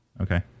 Okay